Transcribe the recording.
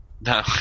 No